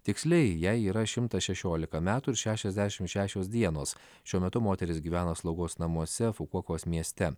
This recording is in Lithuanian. tiksliai jei yra šimtas šešiolika metų ir šešiasdešim šešios dienos šiuo metu moteris gyvena slaugos namuose fukuokos mieste